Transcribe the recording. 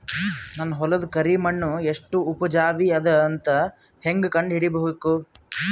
ನನ್ನ ಹೊಲದ ಕರಿ ಮಣ್ಣು ಎಷ್ಟು ಉಪಜಾವಿ ಅದ ಅಂತ ಹೇಂಗ ಕಂಡ ಹಿಡಿಬೇಕು?